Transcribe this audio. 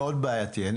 בעייתי.